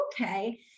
okay